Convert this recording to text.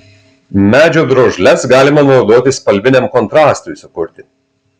medžio drožles galima naudoti spalviniam kontrastui sukurti